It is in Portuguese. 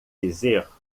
dizer